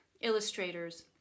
illustrators